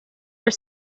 are